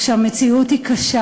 כשהמציאות היא קשה.